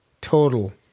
total